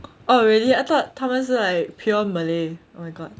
oh really I thought 他们是 like pure malay oh my god